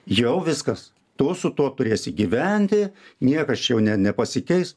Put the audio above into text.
jau viskas tuo su tuo turėsi gyventi niekas čia ne nepasikeis